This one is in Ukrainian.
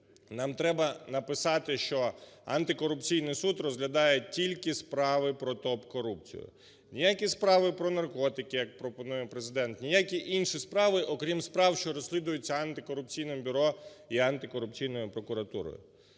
Нам треба написати, що антикорупційний суд розглядає тільки справи про топ-корупцію. Ніякі справи про наркотики, як пропонує Президент, ніякі інші справи, окрім справ, що розслідуються антикорупційним бюро і антикорупційною прокуратурою.